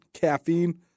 caffeine